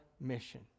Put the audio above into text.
mission